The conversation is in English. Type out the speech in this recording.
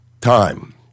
time